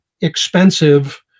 expensive